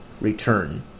return